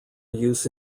use